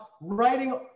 writing